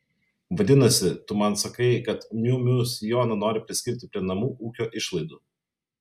vadinasi tu man sakai kad miu miu sijoną nori priskirti prie namų ūkio išlaidų